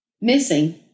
missing